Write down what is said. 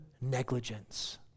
negligence